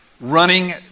Running